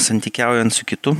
santykiaujant su kitu